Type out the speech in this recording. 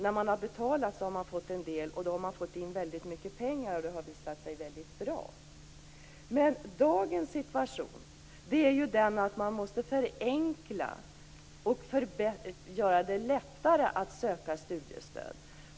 Då har staten fått in väldigt mycket pengar och det har visat sig väldigt bra. Men dagens situation är att man måste göra det lättare att söka studiestöd.